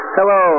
Hello